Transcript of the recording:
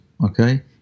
Okay